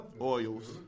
oils